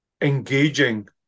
engaging